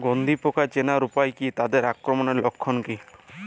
গন্ধি পোকা চেনার উপায় কী তাদের আক্রমণের লক্ষণ কী?